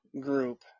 group